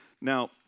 Now